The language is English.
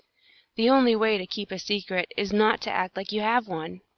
the only way to keep a secret is not to act like you have one!